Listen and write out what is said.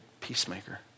peacemaker